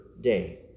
day